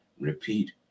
repeat